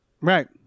Right